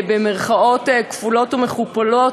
במירכאות כפולות ומכופלות,